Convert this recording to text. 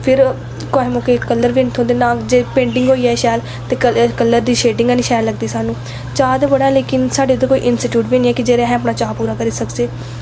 फिर कुहै मौकै कलर बी हैनी थ्होंदे नां जे पेंटिंग होई जाए शैल ते कलर दी शेडिंगा हैनी शैल लगदी सानूं चाऽ ते बड़ा ऐ लेकिन साढ़े इद्धर कोई इंस्टिटयूट बी निं ऐ जेह्ड़ा अस अपना चाऽ पूरा करी सकचै